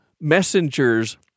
Messengers